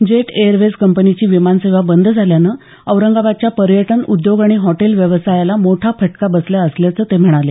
jet Airways कंपनीची विमानसेवा बंद झाल्यानं औरंगाबादच्या पर्यटन उद्योग आणि हॉटेल व्यवसायाला मोठा फटका बसला असल्याचं ते म्हणाले